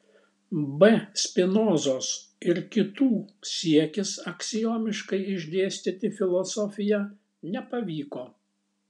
b spinozos ir kitų siekis aksiomiškai išdėstyti filosofiją nepavyko